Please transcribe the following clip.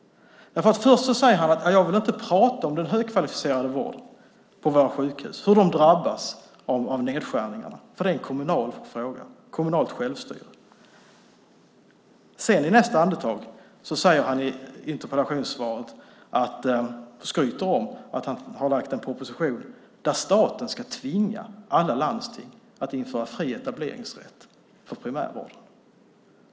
Först säger han: Jag vill inte prata om den högkvalificerade vården på våra sjukhus och hur den drabbas av nedskärningarna, för det är en kommunal fråga, kommunalt självstyre. I nästa andetag skryter han i interpellationssvaret om att han har lagt fram en proposition som innebär att staten ska tvinga alla landsting att införa fri etableringsrätt för primärvården.